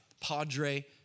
Padre